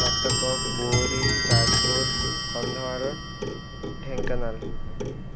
Cuttack Puri Jajpur Kandhamal Dhenkanal